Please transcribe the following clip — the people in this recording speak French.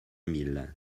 mille